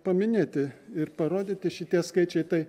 paminėti ir parodyti šitie skaičiai tai